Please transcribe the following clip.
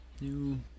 new